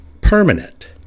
permanent